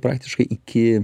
praktiškai iki